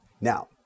Now